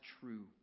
true